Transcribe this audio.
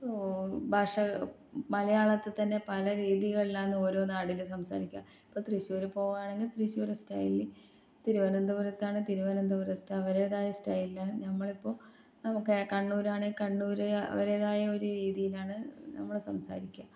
ഭാഷ മലയാളത്തിൽ തന്നെ പല രീതികളിലാണ് ഓരോ നാട്ടിൽ സംസാരിക്കുക ഇപ്പോൾ തൃശ്ശൂർ പോവുകയാണെങ്കിൽ തൃശ്ശൂർ സ്റ്റൈലിൽ തിരുവന്തപുരത്താണെ തിരുവനന്തപുരത്ത് അവരുടേതായ സ്റ്റൈലിൽ ഞമ്മളിപ്പോൾ കണ്ണൂരാണെ കണ്ണൂര് അവരുടേതായൊര് രീതിയിലാണ് നമ്മൾ സംസാരിക്കുക